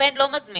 קמפיין לא מזמין.